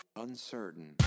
uncertain